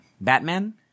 Batman